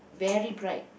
very bright